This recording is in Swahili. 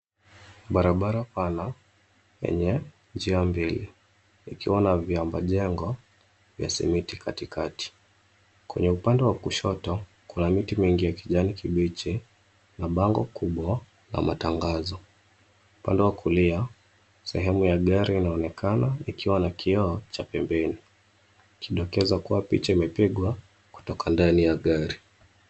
Barabara pana yenye njia mbil, ikiwa na vyambajengo vya simiti katikati. Kwenye upande wa kushoto, kuna miti mingi ya kijani kibichi na bango kubwa la matangazo, upande wa kulia sehemu ya gari inaonekana, ikiwa na kioo cha pembeni, ikidokeza kua picha imipegwa kutoka ndani ya gari.